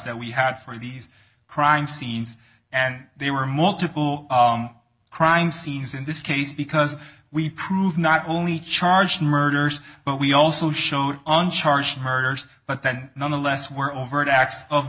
that we had for these crime scenes and there were multiple crime scenes in this case because we proved not only charged murders but we also showed uncharged murders but that nonetheless were o